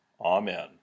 Amen